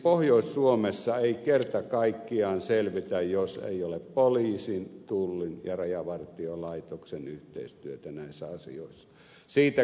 pohjois suomessa ei kerta kaikkiaan selvitä jos ei ole poliisin tullin ja rajavartiolaitoksen yhteistyötä näissä asioissa